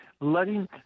letting